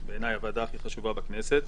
בעיניי זו הוועדה הכי חשובה בכנסת.